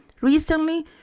Recently